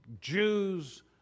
Jews